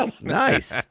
Nice